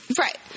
Right